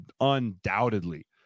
undoubtedly